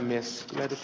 kyllä ed